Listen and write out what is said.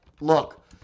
look